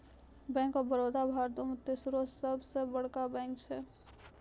bank of Baroda भारतो के तेसरो सभ से बड़का बैंक छै